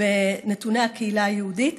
בנתוני הקהילה היהודית,